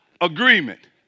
agreement